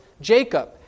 Jacob